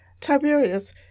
Tiberius